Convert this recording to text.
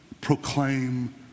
proclaim